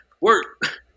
work